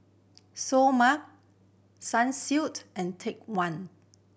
Seoul Mart Sunsilk and Take One